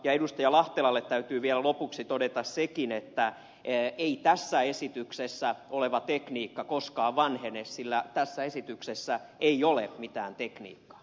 lahtelalle täytyy vielä lopuksi todeta sekin että ei tässä esityksessä oleva tekniikka koskaan vanhene sillä tässä esityksessä ei ole mitään tekniikkaa